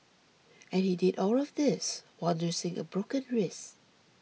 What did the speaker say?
and he did all of this while nursing a broken wrist